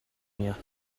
میان